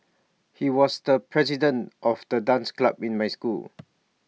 he was the president of the dance club in my school